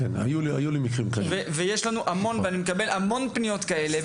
אני מקבל המון פניות כאלה,